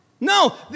No